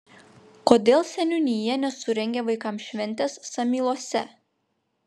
kodėl seniūnija nesurengė vaikams šventės samyluose